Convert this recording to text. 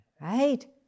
right